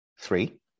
Three